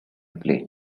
play